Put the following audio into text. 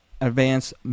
advanced